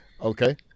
okay